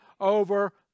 over